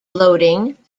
loading